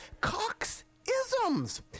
Cox-isms